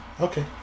okay